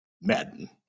Madden